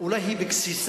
אולי היא בגסיסה.